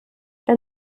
der